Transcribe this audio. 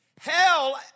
Hell